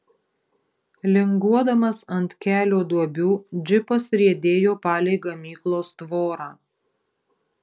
linguodamas ant kelio duobių džipas riedėjo palei gamyklos tvorą